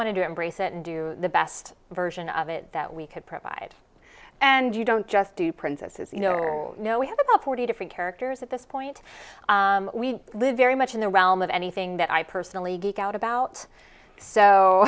wanted to embrace it and do the best version of it that we could provide and you don't just do princesses you know no we have about forty different characters at this point we live very much in the realm of anything that i personally geek out about so